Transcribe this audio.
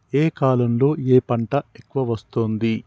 ఏ కాలంలో ఏ పంట ఎక్కువ వస్తోంది?